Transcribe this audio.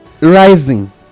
rising